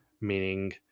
meaning